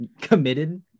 committed